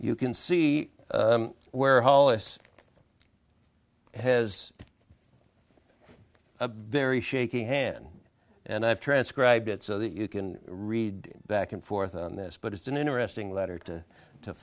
you can see where hollis has a very shaky hand and i've transcribed it so that you can read back and forth on this but it's an interesting letter to